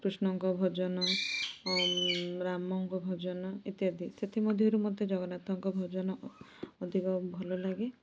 କୃଷ୍ଣଙ୍କ ଭଜନ ରାମଙ୍କ ଭଜନ ଇତ୍ୟାଦି ସେଥିମଧ୍ୟରୁ ମୋତେ ଜଗନ୍ନାଥଙ୍କ ଭଜନ ଅଧିକ ଭଲ ଲାଗେ